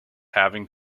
having